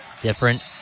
different